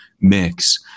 mix